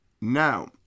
now